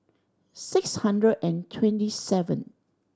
six hundred and twenty seven